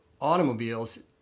automobiles